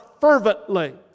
fervently